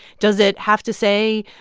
does it have to, say,